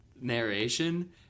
narration